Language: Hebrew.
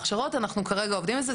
אנחנו כרגע עובדים על זה,